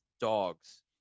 dogs